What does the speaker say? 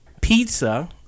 Pizza